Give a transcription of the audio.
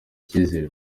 icyizere